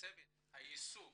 צוות היישום